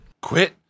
Quit